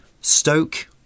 Stoke